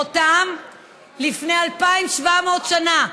חותם מלפני 2,700 שנה,